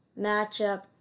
matchup